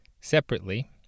Separately